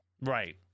right